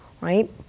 right